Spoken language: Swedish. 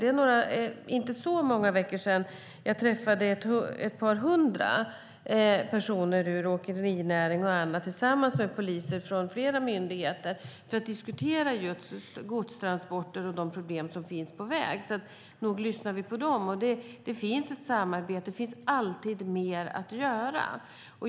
Det är inte för så många veckor sedan som jag träffade ett par hundra personer från åkerinäring och annat tillsammans med poliser från flera myndigheter för att diskutera just godstransporter och de problem som finns på väg, så nog lyssnar vi på dem. Och det finns ett samarbete, men det finns alltid mer att göra.